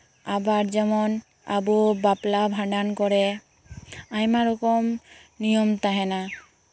ᱟᱵᱟᱨ ᱡᱮᱢᱚᱱ ᱟᱵᱚ ᱵᱟᱯᱞᱟ ᱵᱷᱟᱸᱰᱟᱱ ᱠᱚᱨᱮ ᱟᱭᱢᱟ ᱨᱚᱠᱚᱢ ᱱᱤᱭᱚᱢ ᱛᱟᱦᱮᱱᱟ